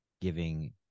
giving